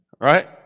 right